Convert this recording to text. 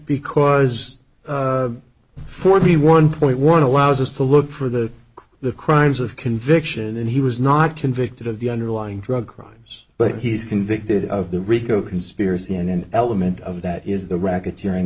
because forty one point one allows us to look for the the crimes of conviction and he was not convicted of the underlying drug crimes but he's convicted of the rico conspiracy and an element of that is the racketeering